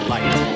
Light